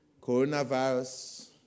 coronavirus